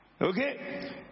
Okay